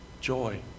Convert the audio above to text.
joy